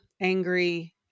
angry